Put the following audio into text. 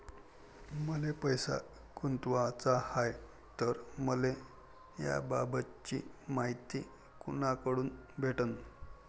मले पैसा गुंतवाचा हाय तर मले याबाबतीची मायती कुनाकडून भेटन?